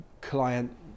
client